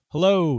Hello